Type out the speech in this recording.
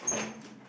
yeah